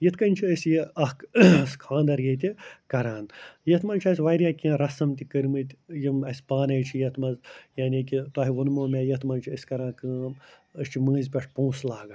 یِتھ کٔنۍ چھِ أسۍ یہِ اَکھ خانٛدَر ییٚتہِ کران یَتھ منٛز چھِ اَسہِ واریاہ کیٚنہہ رَسَم تہِ کٔرۍمٕتۍ یِم اَسہِ پانَے چھِ یَتھ منٛز یعنی کہِ تۄہہِ ووٚنمو مےٚ یَتھ منٛز چھِ أسۍ کران کٲم أسۍ چھِ مٲنٛزِ پٮ۪ٹھ پونٛسہٕ لاگان